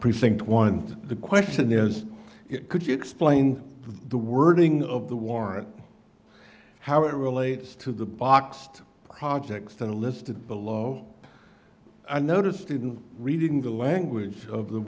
precinct one the question is it could you explain the wording of the warrant how it relates to the boxed projects that are listed below i noticed didn't reading the language of the